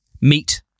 meet